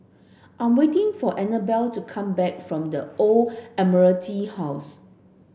I'm waiting for Anabel to come back from The Old Admiralty House